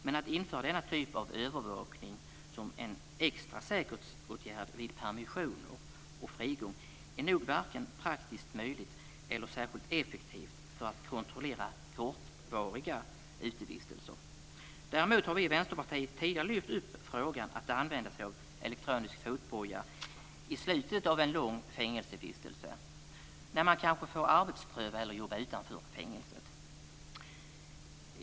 Men att införa denna typ av övervakning som en extra säkerhetsåtgärd vid permissioner och frigång är nog varken praktiskt möjligt eller särskilt effektivt när det gäller att kontrollera kortvariga utevistelser. Däremot har vi i Vänsterpartiet tidigare lyft upp frågan om att använda sig av elektronisk fotboja i slutet av en lång fängelsevistelse, när man kanske får arbetspröva eller jobba utanför fängelset.